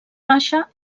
baixa